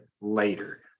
later